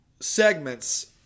segments